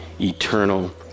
eternal